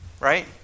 Right